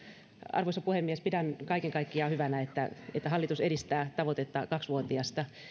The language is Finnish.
arvoisa puhemies pidän kaiken kaikkiaan hyvänä että että hallitus edistää tavoitetta